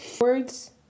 words